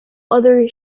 other